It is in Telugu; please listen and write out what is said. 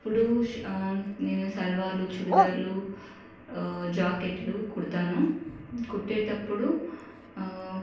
అప్పుడు నేను సల్వార్లు చూడిదార్లు జాకెట్లు కుడతాను కుట్టేటప్పుడు